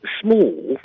Small